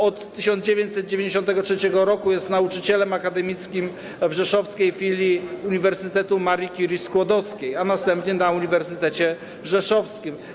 Od 1993 r. jest nauczycielem akademickim w rzeszowskiej filii Uniwersytetu Marii Curie-Skłodowskiej, a następnie na Uniwersytecie Rzeszowskim.